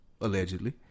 allegedly